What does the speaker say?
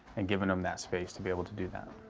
and giving them that space to be able to do that.